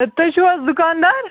ہے تُہۍ چھِو حظ دُکانٛدار